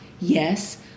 Yes